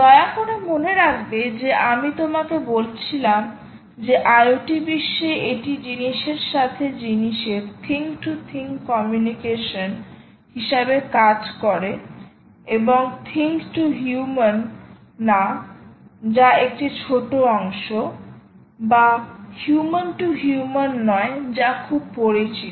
দয়া করে মনে রাখবে যে আমি তোমাকে বলেছিলাম যে IoT বিশ্বে এটি জিনিসের সাথে জিনিসের যোগাযোগ হিসাবে কাজ করে এবং থিং টু হিউমান না যা একটি ছোট অংশ বা হিউমান টু হিউমান নয় যা খুব পরিচিত